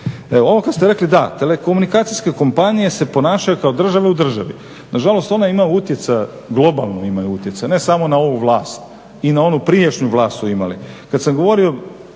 svega. Ovo kad ste rekli, da, telekomunikacijske kompanije se ponašaju kao države u državi. Nažalost, one imaju utjecaj, globalni imaju utjecaj, ne samo na ovu vlast i na onu prijašnju vlast su imali. Kad sam govorio,